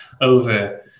over